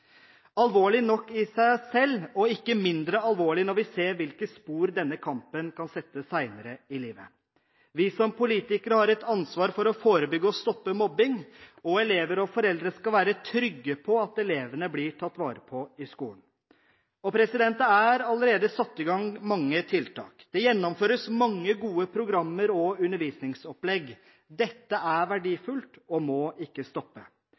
alvorlig nok i seg selv, og ikke mindre alvorlig når vi ser hvilke spor denne kampen kan sette senere i livet. Vi som politikere har et ansvar for å forebygge og stoppe mobbing, og elever og foreldre skal være trygge på at elevene blir tatt vare på i skolen. Det er allerede satt i gang mange tiltak. Det gjennomføres mange gode programmer og undervisningsopplegg. Dette er verdifullt og må ikke stoppe.